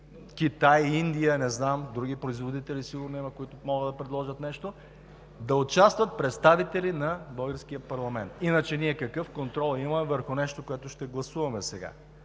Китай, Индия – не знам други производители, сигурно има, които могат да предложат нещо – но да участват представители на българския парламент. Иначе ние какъв контрол имаме върху нещо, което ще гласуваме сега?!